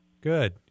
Good